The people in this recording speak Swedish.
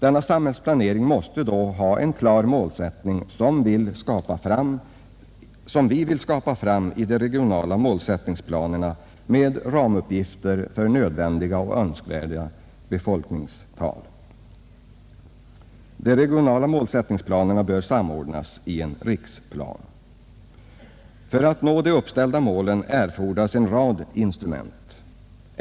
Denna samhällsplanering måste då ha en klar målsättning, som vi vill skapa fram i de regionala målsättningsplanerna med ramuppgifter för nödvändiga och önskvärda befolkningstal. De regionala målsättningsplanerna bör samordnas i en riksplan. För att nå de uppställda målen erfordras en rad instrument.